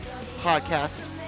podcast